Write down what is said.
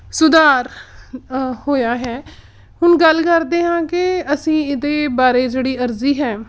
ਸੁਧਾਰ ਅ ਹੋਇਆ ਹੈ ਹੁਣ ਗੱਲ ਕਰਦੇ ਹਾਂ ਕਿ ਅਸੀਂ ਇਹਦੇ ਬਾਰੇ ਜਿਹੜੀ ਅਰਜ਼ੀ ਹੈ